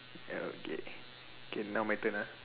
ya okay okay now my turn ah